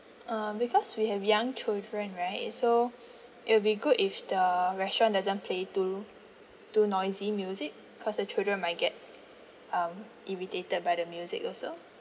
um because we have young children right so it'll be good if the restaurant doesn't play too too noisy music because the children might get um irritated by the music also